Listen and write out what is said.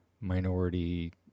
minority